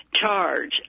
charge